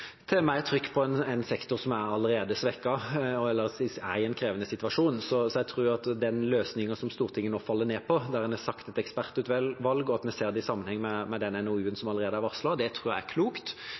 trykk på en sektor som allerede er svekket eller er i en krevende situasjon, så jeg tror at den løsningen som Stortinget nå faller ned på, der en setter ned et ekspertutvalg og vi ser det i sammenheng med den